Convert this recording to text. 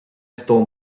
stole